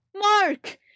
Mark